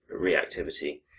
reactivity